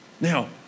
now